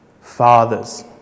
Fathers